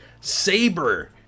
saber